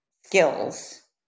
skills